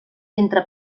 entre